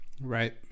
Right